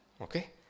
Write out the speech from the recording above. okay